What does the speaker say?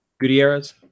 Gutierrez